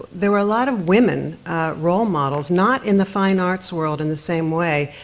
there were a lot of women role models, not in the fine arts world in the same way,